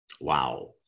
Wow